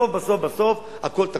בסוף בסוף בסוף הכול תקוע.